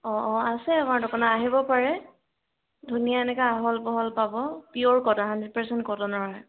অ' অ' আছে আমাৰ দোকানত আহিব পাৰে ধুনীয়া এনেকা আহল বহল পাব পিয়ৰ কটন হাণ্ড্ৰেদ পাৰ্চেণ্ট কটনৰ হয়